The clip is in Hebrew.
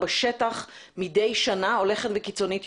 בשטח מדי שנה והיא הולכת ויותר קיצונית,